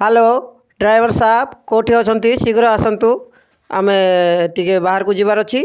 hello driver ସାହାବ୍ କେଉଠି ଅଛନ୍ତି ଶୀଘ୍ର ଆସନ୍ତୁ ଆମେ ଟିକେ ବାହାରକୁ ଯିବାର ଅଛି